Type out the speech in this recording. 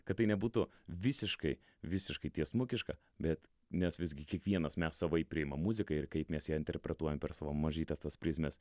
kad tai nebūtų visiškai visiškai tiesmukiška bet nes visgi kiekvienas mes savaip priimam muziką ir kaip mes ją interpretuojam per savo mažytes tas prizmes